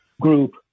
group